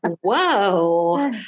whoa